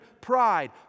pride